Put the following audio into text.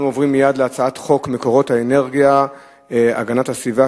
אנחנו עוברים מייד להצעת חוק מקורות אנרגיה (תיקון) (הגנת הסביבה,